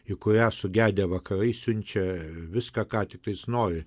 į kurią sugedę vakarai siunčia viską ką tiktaisnori